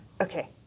Okay